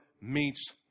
meets